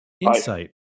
insight